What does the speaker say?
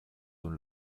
dem